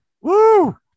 Woo